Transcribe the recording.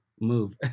move